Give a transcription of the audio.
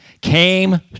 came